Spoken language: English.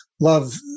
love